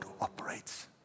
operates